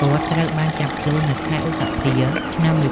គាត់ត្រូវបាន ចាប់ខ្លួននៅខែឧសភា ឆ្នាំ១៩៩៩